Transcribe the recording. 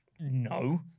no